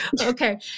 okay